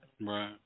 right